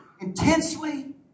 intensely